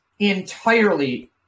entirely